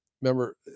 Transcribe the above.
remember